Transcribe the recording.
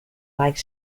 like